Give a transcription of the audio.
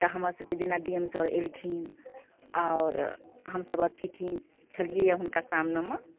तऽ हमरा सभके जेना डी एम सर एलखिन और हम सभ अतिथि छेलियै यए हुनका सामनेमे